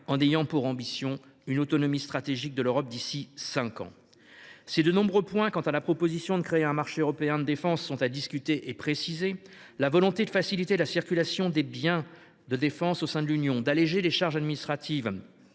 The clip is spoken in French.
en ayant pour ambition une autonomie stratégique de l’Europe d’ici à cinq ans. Si de nombreux points quant à la proposition de créer un marché européen de défense sont à discuter et préciser, la volonté de faciliter la circulation des biens de défense au sein de l’Union, d’alléger les charges administratives